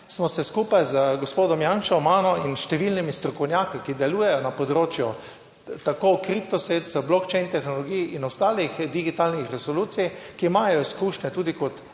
smo se skupaj z gospodom Janšo, mano in številnimi strokovnjaki, ki delujejo na področju tako kripto sredstev, blockchain tehnologije in ostalih digitalnih resolucij, ki imajo izkušnje tudi kot